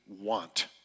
want